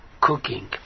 cooking